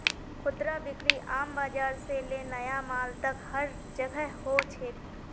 खुदरा बिक्री आम बाजार से ले नया मॉल तक हर जोगह हो छेक